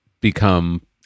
become